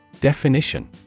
Definition